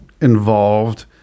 involved